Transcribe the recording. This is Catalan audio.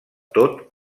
tot